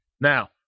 Now